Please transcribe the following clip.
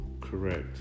Correct